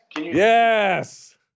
Yes